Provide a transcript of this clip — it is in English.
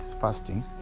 fasting